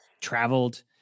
traveled